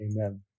Amen